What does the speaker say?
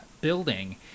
building